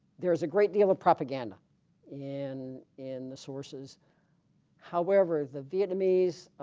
there's a great deal of propaganda in in the sources however the vietnamese